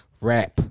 rap